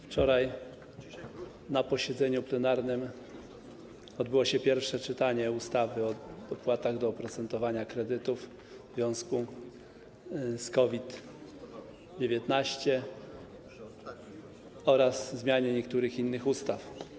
Wczoraj na posiedzeniu plenarnym odbyło się pierwsze czytanie ustawy o dopłatach do oprocentowania kredytów w związku z COVID-19 oraz o zmianie niektórych innych ustaw.